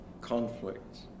conflicts